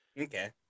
okay